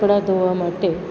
કપડાં ધોવા માટે